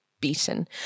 beaten